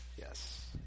yes